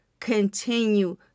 continue